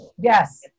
Yes